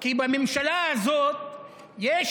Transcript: כי בממשלה הזאת יש